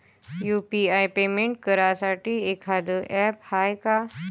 UPI payment करासाठी एखांद app हाय का?